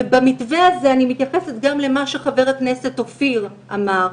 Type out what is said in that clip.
ובמתווה הזה אני מתייחסת גם למה שחבר הכנסת אופיר אמר: